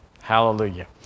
Hallelujah